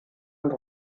und